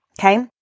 okay